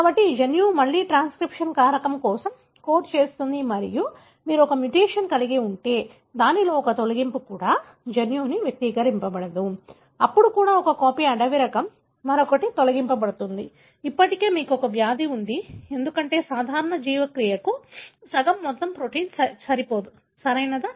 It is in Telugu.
కాబట్టి ఈ జన్యువు మళ్లీ ట్రాన్స్క్రిప్షన్ కారకం కోసం కోడ్ చేస్తుంది మరియు మీకు ఒక మ్యుటేషన్ ఉంటే దీనిలో ఒక తొలగింపు కూడా జన్యువు వ్యక్తీకరించబడదు అప్పుడు కూడా ఒక కాపీ అడవి రకం మరొకటి తొలగించబడుతుంది ఇప్పటికీ మీకు వ్యాధి ఉంటుంది ఎందుకంటే సాధారణ జీవక్రియకు సగం మొత్తం ప్రోటీన్ సరిపోదు సరియైనదా